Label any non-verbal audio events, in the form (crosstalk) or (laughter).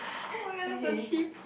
(laughs) okay